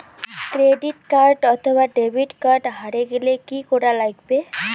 Credit card অথবা debit card হারে গেলে কি করা লাগবে?